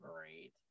great